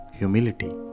Humility